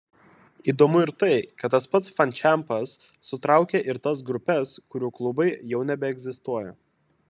įdomu ir tai kad tas pats fančempas sutraukia ir tas grupes kurių klubai jau nebeegzistuoja